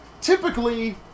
Typically